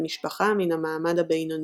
למשפחה מן המעמד הבינוני.